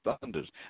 thunders